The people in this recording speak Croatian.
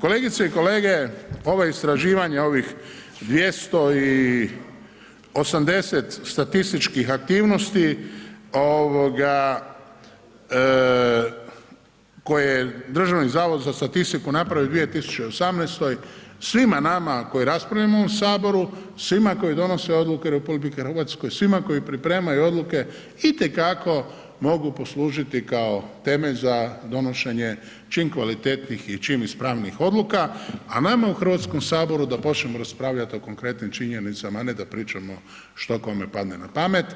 kolegice i kolege ova istraživanja ovih 280 statističkih aktivnosti koje je Državni zavod za statistiku napravio u 2018. svima nama koji raspravljamo u ovom saboru, svima koji donose odluke u RH, svima koji pripremaju odluke i te kako mogu poslužiti kao temelj za donošenje čim kvalitetnijih i čim ispravnijih odluka, a nama u Hrvatskom saboru da počnemo raspravljat o konkretnim činjenicama, a ne da pričamo što kome padne na pamet.